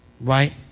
Right